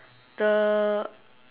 the